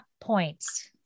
points